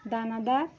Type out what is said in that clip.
দানাদার